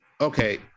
okay